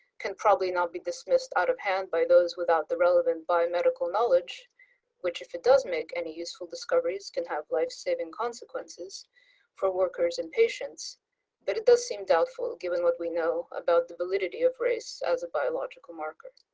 can probably not be dismissed out of hand by those without the relevant biomedical knowledge which if it does make and useful discoveries can have life-saving consequences for workers and patients but it does seem doubtful given what we know about the validity of race as a biological marker.